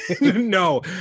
No